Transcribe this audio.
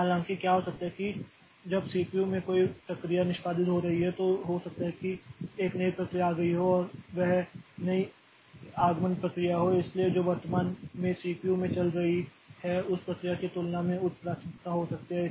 हालाँकि क्या हो सकता है कि जब सीपीयू में कोई प्रक्रिया निष्पादित हो रही है तो हो सकता है कि एक नई प्रक्रिया आ गई हो और वह नई आगमन प्रक्रिया हो इसलिए जो वर्तमान में सीपीयू में चल रही है उस प्रक्रिया की तुलना में उच्च प्राथमिकता हो सकती है